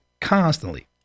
constantly